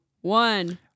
one